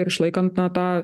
ir išlaikant na tą